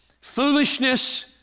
foolishness